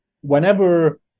whenever